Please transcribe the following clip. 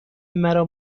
مرا